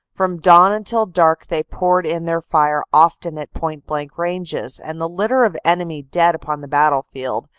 from dawn until dark they poured in their fire often at point-blank ranges, and the litter of enemy dead upon the battlefield,